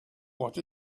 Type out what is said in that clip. what